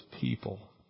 people